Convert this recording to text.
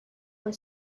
were